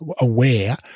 aware